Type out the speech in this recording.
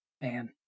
Man